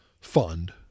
fund